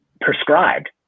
prescribed